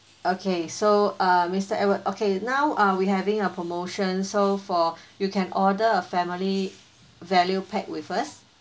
okay so uh mr edward okay now uh we having a promotion so for you can order a family value pack with us